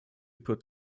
put